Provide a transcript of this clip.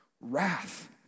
wrath